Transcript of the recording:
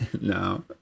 No